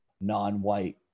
non-white